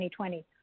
2020